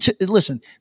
listen